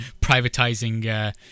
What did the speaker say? privatizing